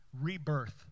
Rebirth